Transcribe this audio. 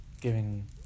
giving